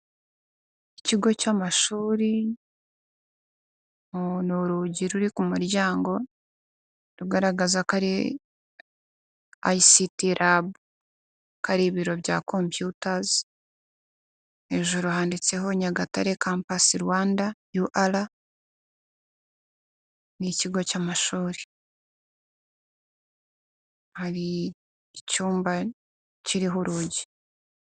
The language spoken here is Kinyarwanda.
Ikigo cy'amashuri, ni urugi ruri ku muryango rugaragaza ko ari ICT Lab. Ibiro bya computers, hejuru handitseho Nyagatare campus Rwanda UR, ni ikigo cy'amashuri. Hari icyumba kiriho urugi.